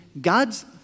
God's